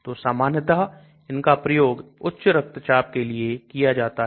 तो सामान्यता इनका प्रयोग उच्च रक्तचाप के लिए किया जाता है